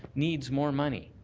needs more money.